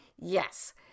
Yes